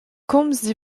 komz